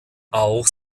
auch